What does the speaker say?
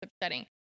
upsetting